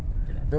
K lah tu